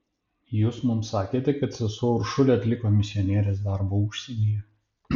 jūs mums sakėte kad sesuo uršulė atliko misionierės darbą užsienyje